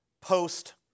post